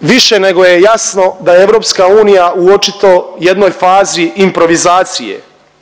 više nego je jasno da je EU u očito jednoj fazi improvizacije